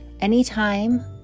anytime